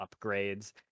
upgrades